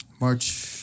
March